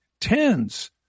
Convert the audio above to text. tens